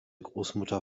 großmutter